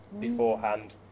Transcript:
beforehand